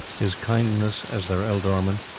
his kindness as their ealdorman,